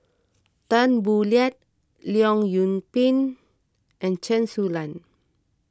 Tan Boo Liat Leong Yoon Pin and Chen Su Lan